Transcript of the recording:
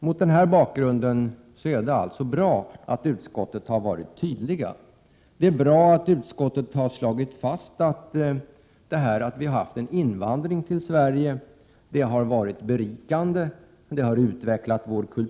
Mot denna bakgrund är det alltså bra att utskottet har varit tydligt. Det är bra att utskottet har slagit fast att invandringen till Sverige har varit berikande, t.ex. för språket, har Prot.